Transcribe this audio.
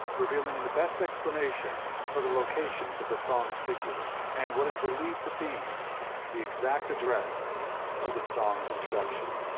revealing the best explanation for the locations of the song's figures, and what is believed to be the exact address of the song's introduction.